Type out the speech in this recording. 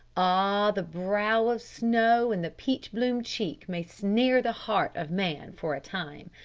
ah! the brow of snow and the peach-bloom cheek may snare the heart of man for a time,